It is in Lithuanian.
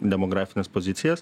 demografines pozicijas